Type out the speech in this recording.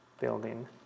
building